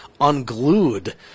unglued